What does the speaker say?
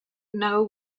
know